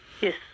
Yes